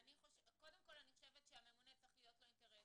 קודם כל אני חושבת שלממונה צריך להיות אינטרס,